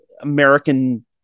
American